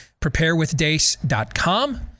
preparewithdace.com